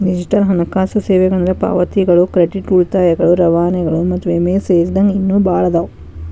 digital ಹಣಕಾಸು ಸೇವೆಗಳಂದ್ರ ಪಾವತಿಗಳು ಕ್ರೆಡಿಟ್ ಉಳಿತಾಯಗಳು ರವಾನೆಗಳು ಮತ್ತ ವಿಮೆ ಸೇರಿದಂಗ ಇನ್ನೂ ಭಾಳ್ ಅದಾವ